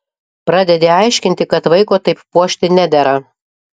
pradedi aiškinti kad vaiko taip puošti nedera